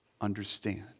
understand